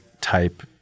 type